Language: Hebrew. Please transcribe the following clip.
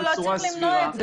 לא, לא צריך למנוע את זה.